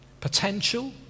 Potential